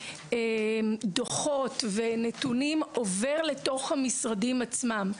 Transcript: דוחות ונתונים עובר לתוך המשרדים עצמם.